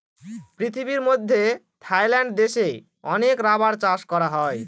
পৃথিবীর মধ্যে থাইল্যান্ড দেশে অনেক রাবার চাষ করা হয়